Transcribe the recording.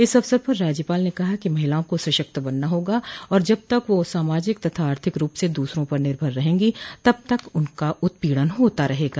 इस अवसर पर राज्यपाल ने कहा कि महिलाओं का सशक्त बनना होगा और जब तक वह सामाजिक और आर्थिक रूप से दूसरों पर निर्भर रहेंगी तब तक उनका उत्पीड़न होता रहेगा